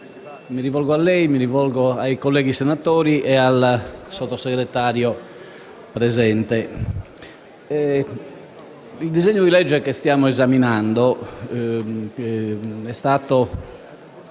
mi rivolgo a lei, ai colleghi senatori e alla Sottosegretaria presente. Il disegno di legge che stiamo esaminando, che è stato